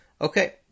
Okay